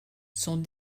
sont